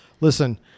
listen